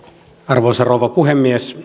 arvoisa puhemies